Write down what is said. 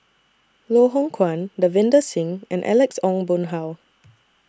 Loh Hoong Kwan Davinder Singh and Alex Ong Boon Hau